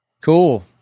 Cool